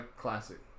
classic